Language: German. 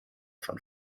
von